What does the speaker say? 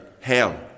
hell